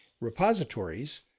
repositories